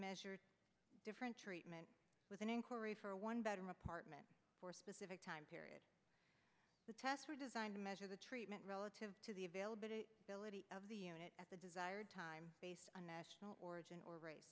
measure different treatment with an inquiry for a one bedroom apartment for a specific time period the tests were designed to measure the treatment relative to the available to belittle of the unit at the desired time based on national origin or ra